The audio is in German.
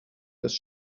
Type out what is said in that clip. dass